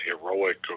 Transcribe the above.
heroic